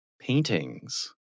paintings